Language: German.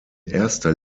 erster